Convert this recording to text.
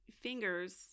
fingers